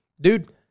dude